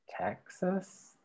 Texas